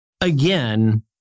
again